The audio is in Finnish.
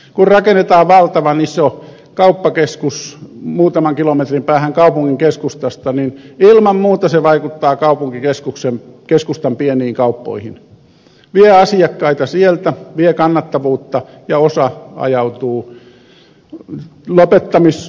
kun rakennetaan valtavan iso kauppakeskus muutaman kilometrin päähän kaupungin keskustasta niin ilman muuta se vaikuttaa kaupunkikeskustan pieniin kauppoihin vie asiakkaita sieltä vie kannattavuutta ja osa ajautuu lopettamisuhan alle